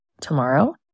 tomorrow